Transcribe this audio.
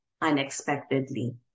unexpectedly